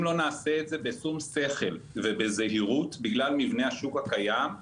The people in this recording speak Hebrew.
אם לא נעשה את זה בשים שכל ובזהירות בגלל מבנה השוק הקיים,